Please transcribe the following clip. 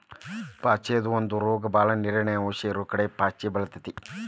ಪಾಚಿ ಅದು ಒಂದ ರೋಗ ಬಾಳ ನೇರಿನ ಅಂಶ ಇರುಕಡೆ ಪಾಚಿ ಬೆಳಿತೆತಿ